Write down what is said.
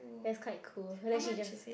that's quite cool then she just